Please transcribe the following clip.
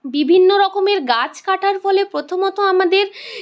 বিভিন্ন রকমের গাছ কাটার ফলে প্রথমত আমাদের